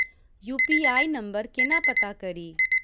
UPI number केना पत्ता कड़ी?